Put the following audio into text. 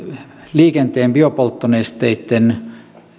liikenteen polttonesteitten